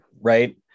right